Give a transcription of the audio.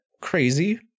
crazy